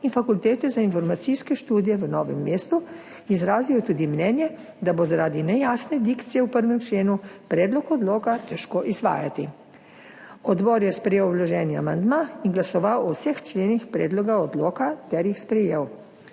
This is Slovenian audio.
in Fakultete za informacijske študije v Novem mestu. Izrazil je tudi mnenje, da bo zaradi nejasne dikcije v 1. členu predlog odloka težko izvajati. Odbor je sprejel vloženi amandma in glasoval o vseh členih predloga odloka ter jih sprejel.